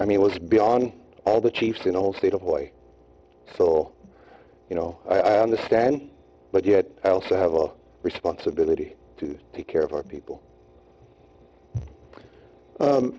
i mean was beyond all the chiefs in the whole state of way so you know i understand but yet i also have a responsibility to take care of our people